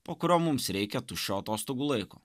po kurio mums reikia tuščio atostogų laiko